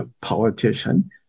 politician